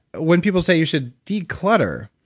when people say, you should declutter,